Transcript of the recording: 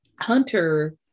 hunter